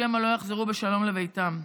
שמא לא יחזרו בשלום לביתם.